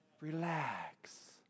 Relax